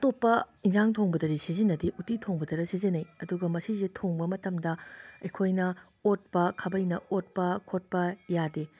ꯑꯇꯣꯞꯄ ꯏꯟꯖꯥꯡ ꯊꯣꯡꯕꯗꯗꯤ ꯁꯤꯖꯤꯟꯅꯗꯦ ꯎꯇꯤ ꯊꯣꯡꯕꯗꯇ ꯁꯤꯖꯤꯟꯅꯩ ꯑꯗꯨꯒ ꯃꯁꯤꯁꯦ ꯊꯣꯡꯕ ꯃꯇꯝꯗ ꯑꯩꯈꯣꯏꯅ ꯑꯣꯠꯄ ꯈꯕꯩꯅ ꯑꯣꯠꯄ ꯈꯣꯠꯄ ꯌꯥꯗꯦ